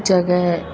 जॻहि